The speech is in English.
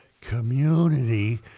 community